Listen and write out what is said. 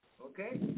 okay